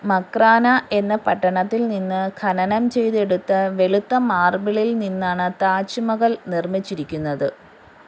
മക്രാന എന്ന പട്ടണത്തിൽ നിന്ന് ഖനനം ചെയ്തെടുത്ത വെളുത്ത മാർബിളിൽ നിന്നാണ് താജ്മഹൽ നിർമ്മിച്ചിരിക്കുന്നത്